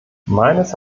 meines